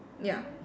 ya